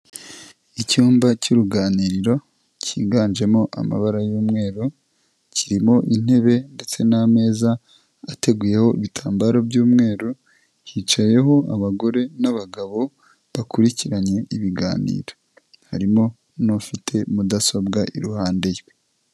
Icyumba cy'uruganiriro cyiganjemo amabara y'umweru, kirimo intebe ndetse n'ameza ateguyeho ibitambaro by'umweru, hicayeho abagore n'abagabo bakurikiranye ibiganiro, harimo n'ufite mudasobwa iruhande rwe.